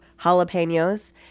jalapenos